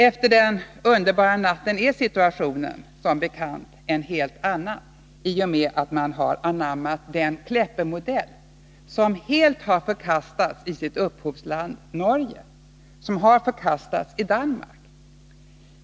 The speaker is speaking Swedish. Efter den underbara natten är situationen som bekant en helt annan, i och med att man har anammat den Kleppemodell som helt har förkastats i sitt upphovsland Norge och som också har förkastats i Danmark.